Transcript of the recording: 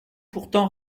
pourtant